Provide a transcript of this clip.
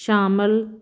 ਸ਼ਾਮਿਲ